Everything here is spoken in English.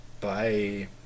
Bye